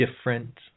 different